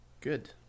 good